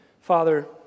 Father